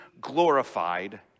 glorified